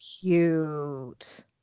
cute